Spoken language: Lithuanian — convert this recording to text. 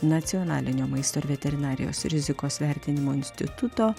nacionalinio maisto ir veterinarijos rizikos vertinimo instituto